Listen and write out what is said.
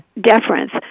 deference